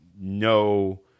no